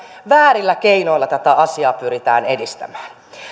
väärillä keinoilla tätä asiaa pyritään edistämään